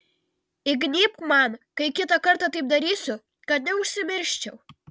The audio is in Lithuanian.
įgnybk man kai kitą kartą taip darysiu kad neužsimirščiau